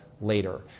later